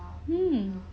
um